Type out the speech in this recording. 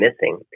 missing